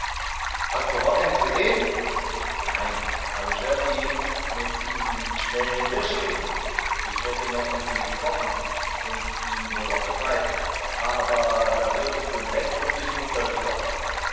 hast du hawkens gesehen nein aber ich hörte ihn mit diesem schnellen hirsch reden ich hätte noch mit ihm gesprochen und ihn wohl auch befreit aber da wurdest du entdeckt und ich mußte also fort